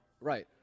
Right